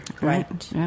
right